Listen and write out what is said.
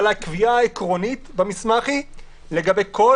אבל הקביעה העקרונית במסמך היא לגבי כל